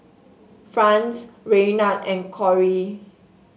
Franz Raynard and Corry